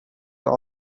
were